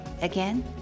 Again